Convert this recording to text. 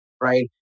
right